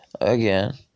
Again